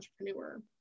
entrepreneur